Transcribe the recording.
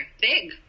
Big